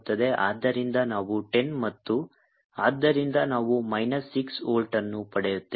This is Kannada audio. ಆದ್ದರಿಂದ ನಾವು 10 ಮತ್ತು ಆದ್ದರಿಂದ ನಾವು ಮೈನಸ್ 6 ವೋಲ್ಟ್ ಅನ್ನು ಪಡೆಯುತ್ತೇವೆ